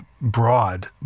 broad